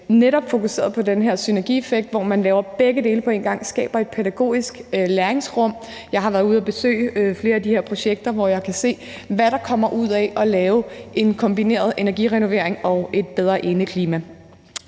netop fokuseret på den her synergieffekt, hvor man laver begge dele på en gang og skaber et pædagogisk læringsrum. Jeg har været ude at besøge flere af de her projekter, hvor jeg kan se, hvad der kommer ud af at lave kombineret energirenovering og bedre indeklima.